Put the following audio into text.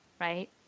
right